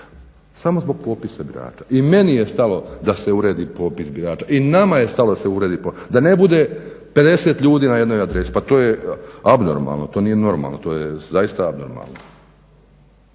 samo zbog popisa birača. I meni je stalo da se uredi popis birača. I nama je stalo da se uredi popis da ne bude 50 ljudi na jednoj adresi. Pa to je abnormalno, to nije normalno, to je zaista abnormalno.